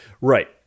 Right